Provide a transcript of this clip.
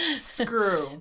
Screw